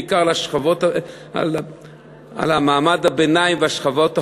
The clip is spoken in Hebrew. בעיקר על מעמד הביניים והשכבות החלשות,